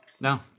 No